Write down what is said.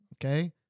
Okay